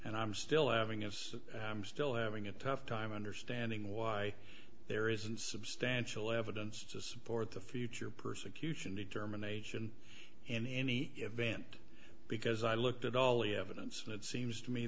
and i'm still having of i'm still having a tough time understanding why there isn't substantial evidence to support the future persecution determination in any event because i looked at all ie evidence and it seems to me